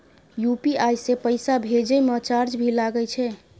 UPI से पैसा भेजै म चार्ज भी लागे छै?